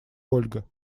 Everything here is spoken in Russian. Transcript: ольга